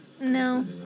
No